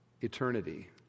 eternity